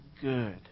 good